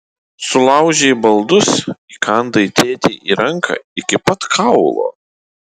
sulaužei baldus įkandai tėtei į ranką iki pat kaulo